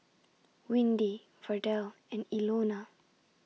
Windy Verdell and Ilona